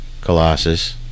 Colossus